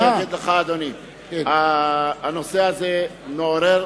אדוני, הנושא הזה מעורר,